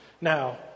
now